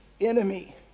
enemy